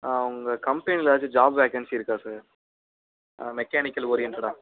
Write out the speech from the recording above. ஆ உங்கள் கம்பெனியில் ஏதாச்சும் ஜாப் வேக்கன்ஸி இருக்கா சார் ஆ மெக்கானிக்கல் ஓரியன்ட்டடாக